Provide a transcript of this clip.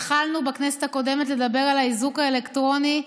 התחלנו בכנסת הקודמת לדבר על האיזוק האלקטרוני.